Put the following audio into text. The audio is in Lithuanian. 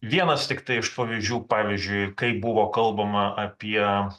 vienas tiktai iš pavyzdžių pavyzdžiui kaip buvo kalbama apie